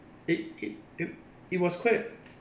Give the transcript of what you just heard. it it it it was quite